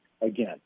Again